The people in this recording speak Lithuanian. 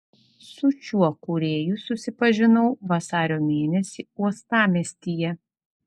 su šiuo kūrėju susipažinau vasario mėnesį uostamiestyje